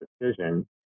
decision